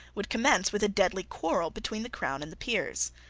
would commence with a deadly quarrel between the crown and the peers.